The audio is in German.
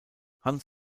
hans